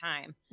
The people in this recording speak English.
time